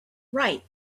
right